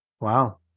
wow